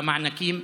במענקים?